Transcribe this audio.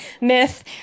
myth